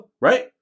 right